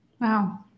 Wow